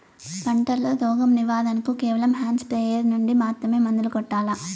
పంట లో, రోగం నివారణ కు కేవలం హ్యాండ్ స్ప్రేయార్ యార్ నుండి మాత్రమే మందులు కొట్టల్లా?